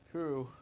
True